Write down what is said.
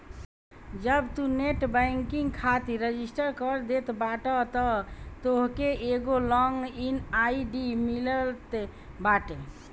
जब तू net banking खातिर रजिस्टर कर देत बाटअ तअ तोहके एगो लॉग इन आई.डी मिलत बाटे